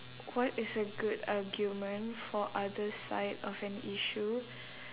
what is a good argument for other side of an issue